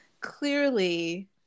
clearly